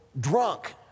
drunk